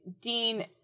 Dean